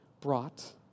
brought